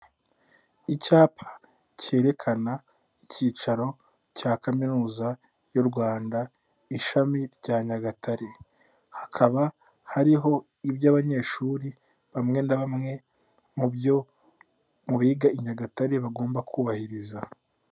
Icyapa cyerekana icyicaro cya kaminuza y'u Rwanda, ishami rya Nyagatare. Hakaba hariho ibyo abanyeshuri, bamwe na bamwe mu biga i Nyagatare bagomba kubahiriza.